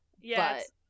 Yes